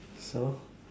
so